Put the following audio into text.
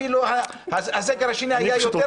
אפילו הסגר השני היה יותר קשה,